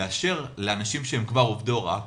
באשר לאנשים שהם כבר עובדי הוראה פעילים,